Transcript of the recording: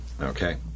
Okay